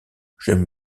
j’aime